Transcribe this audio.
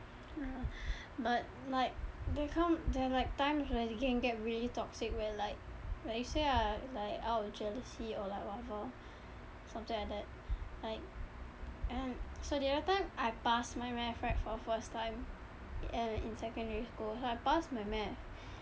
ya but like they come there are like times where they can get really toxic where like like you say ah like out of jealousy or like whatever something like that like and so the other time I pass my math right for the first time i~ in secondary school so I pass my math